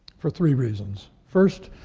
for three reasons. first,